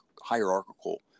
hierarchical